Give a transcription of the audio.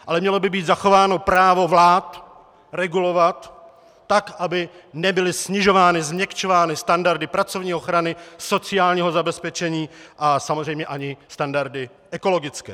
Ale mělo by být zachováno právo vlád regulovat tak, aby nebyly snižovány, změkčovány standardy pracovní ochrany, sociálního zabezpečení a samozřejmě ani standardy ekologické.